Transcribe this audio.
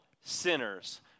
sinners